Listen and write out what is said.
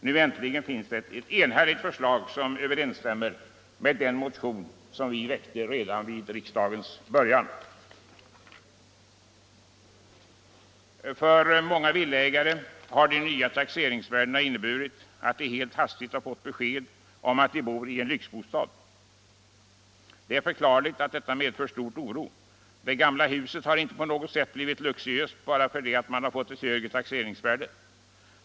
Nu äntligen finns det ett enhälligt förslag, som överensstämmer med den motion som vi väckte redan vid riksdagens början. För många villaägare har de nya taxeringsvärdena inneburit att man helt hastigt har fått besked om att man bor i en lyxbostad. Det är förklarligt att detta medfört stor oro. Det gamla huset har inte på något sätt blivit luxuöst bara för att det har fått ett högre taxeringsvärde.